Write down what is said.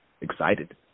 excited